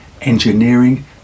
engineering